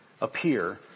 appear